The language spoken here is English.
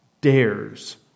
dares